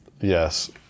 Yes